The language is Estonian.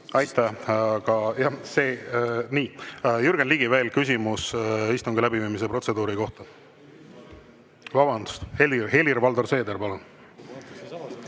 Aitäh! Jürgen Ligi, veel küsimus istungi läbiviimise protseduuri kohta. Vabandust! Helir-Valdor Seeder, palun!